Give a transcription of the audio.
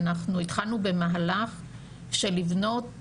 ואנחנו התחלנו במהלך של לבנות הכשרה,